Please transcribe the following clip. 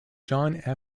john